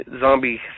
Zombie